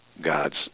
God's